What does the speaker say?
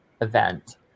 event